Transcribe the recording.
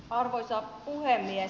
arvoisa puhemies